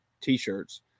T-shirts